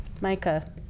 Micah